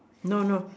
no no